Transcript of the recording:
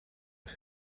eux